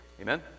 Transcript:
Amen